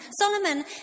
Solomon